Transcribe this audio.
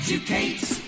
Educates